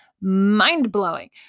mind-blowing